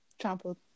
trampled